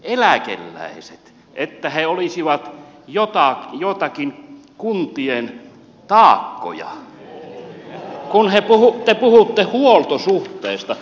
te leimaatte eläkeläiset että he olisivat joitakin kuntien taakkoja kun te puhutte huoltosuhteesta